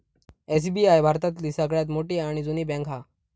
SBI भारतातली सगळ्यात मोठी आणि जुनी बॅन्क हा